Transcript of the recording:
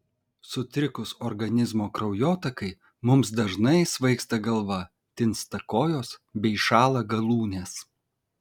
sutrikus organizmo kraujotakai mums dažnai svaigsta galva tinsta kojos bei šąla galūnės